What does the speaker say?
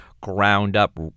ground-up